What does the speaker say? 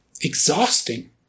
exhausting